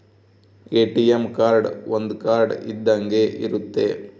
ATM card ಒಂದ್ card ಇದ್ದಂಗೆ ಇರುತ್ತೆ